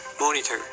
monitor